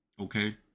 Okay